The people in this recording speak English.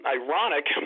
ironic